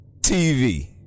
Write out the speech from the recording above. TV